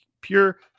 pure